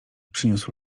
przyniósł